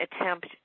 attempt